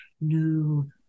new